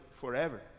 forever